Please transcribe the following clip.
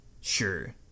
sure